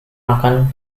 makan